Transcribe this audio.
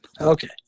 Okay